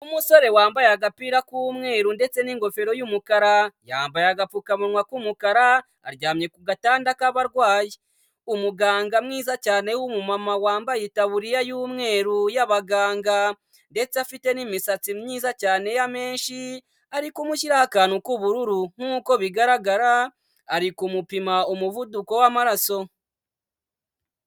Umusore wambaye agapira k'umweru ndetse n'ingofero y'umukara, yambaye agapfukamunwa k'umukara, aryamye ku gatanda k'abarwayi. Umuganga mwiza cyane w'umumama wambaye itaburiya y'umweru y'abaganga, ndetse afite n'imisatsi myiza cyane ya menshi, ari kumushyiraho akantu k'ubururu, nkuko bigaragara ari kumupima umuvuduko w'amaraso